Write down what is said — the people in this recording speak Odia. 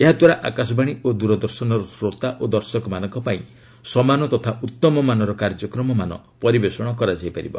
ଏହାଦ୍ୱାରା ଆକାଶବାଣୀ ଓ ଦୂରଦର୍ଶନର ଶ୍ରୋତା ଓ ଦର୍ଶକମାନଙ୍କ ପାଇଁ ସମାନ ତଥା ଉତ୍ତମମାନର କାର୍ଯ୍ୟକ୍ରମମାନ ପରିବେଷଣ କରାଯାଇପାରିବ